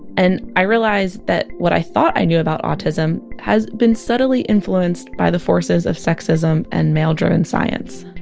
and i realized that what i thought i knew about autism has been subtlety influenced by the forces of sexism and male-driven science